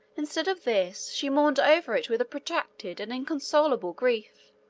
instead of this, she mourned over it with a protracted and inconsolable grief.